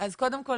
אז קודם כל,